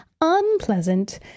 unpleasant